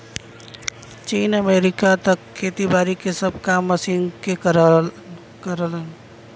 चीन, अमेरिका त खेती बारी के सब काम मशीन के करलन